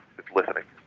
is listening.